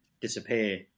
disappear